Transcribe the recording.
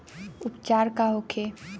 उपचार का होखे?